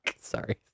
Sorry